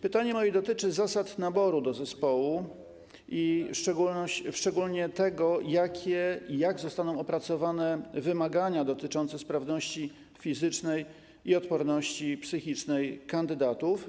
Pytanie moje dotyczy zasad naboru do zespołu i szczególnie tego, w jaki sposób zostaną opracowane wymagania dotyczące sprawności fizycznej i odporności psychicznej kandydatów.